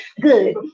good